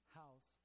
house